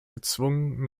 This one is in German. gezwungen